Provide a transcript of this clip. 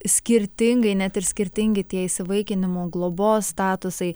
skirtingai net ir skirtingi tie įsivaikinimo globos statusai